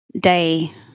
day